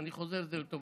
אני חוזר על זה לטובתך.